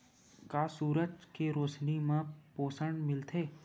का सूरज के रोशनी म पोषण मिलथे?